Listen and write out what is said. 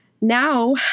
Now